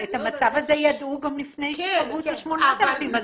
אבל את המצב הזה ידעו גם לפני שקבעו את ה-8,000,